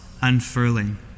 unfurling